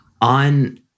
On